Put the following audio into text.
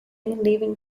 living